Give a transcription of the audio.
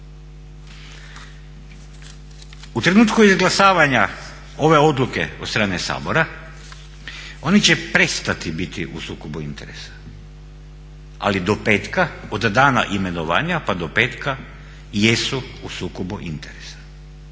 U trenutku izglasavanja ove odluke od strane Sabora oni će prestati biti u sukobu interesa, ali do petka od dana imenovanja pa do petka jesu u sukobu interesa